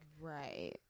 right